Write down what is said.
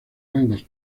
rangos